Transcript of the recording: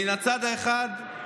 תגיד לי,